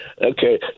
okay